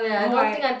no right